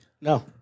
No